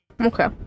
Okay